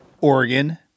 Oregon